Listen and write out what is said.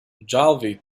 ogilvy